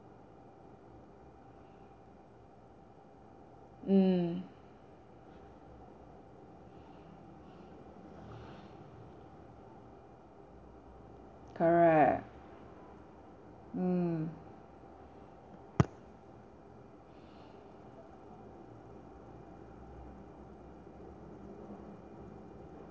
mm correct mm